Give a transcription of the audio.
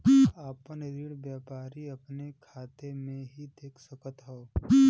आपन ऋण व्यापारी अपने खाते मे देख सकत हौ